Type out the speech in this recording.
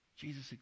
Jesus